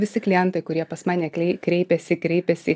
visi klientai kurie pas mane klei kreipėsi kreipėsi